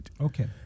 Okay